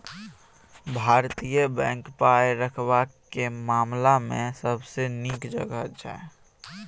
भारतीय बैंक पाय रखबाक मामला मे सबसँ नीक जगह छै